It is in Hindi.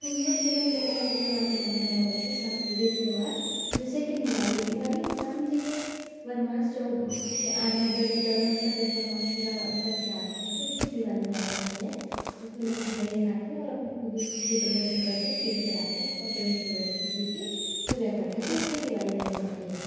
सोनभद्र ज़िले में बहुत सारे त्यौहार मेरा मनाया जाते हैं सांस्कृतिक त्यौहार जैसे कि दिवाली है दिवाली राम जी के बनवास के आने चौदह वर्ष का जब बनवास पूरा करके आते हैं तो इसलिए दिवाली मनाई जाती है इसमें लोग मिठाईयाँ खाते हैं और अपनी खुशी प्रदर्शन करते हैं दीप जलाते हैं और गणेश और लक्ष्मी जी की पूजा करते हैं तो इसलिए दिवाली मनाई जाती है